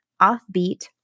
offbeat